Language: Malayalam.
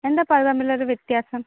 എന്തായിപ്പോൾ അതു തമ്മിലൊരു വ്യത്യാസം